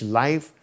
life